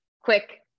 quick